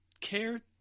care